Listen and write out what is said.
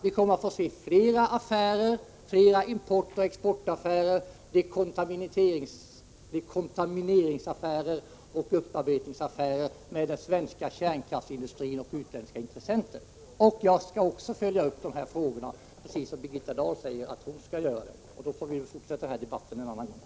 Vi kommer att få se fler affärer — importoch exportaffärer, dekontamineringsaffärer och upparbetningsaffärer — med den svenska kärnkraftsindustrin och utländska intressenter. Precis som Birgitta Dahl skall även jag följa de här frågorna. Vi får väl fortsätta debatten en annan gång.